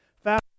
Fast